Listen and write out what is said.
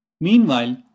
Meanwhile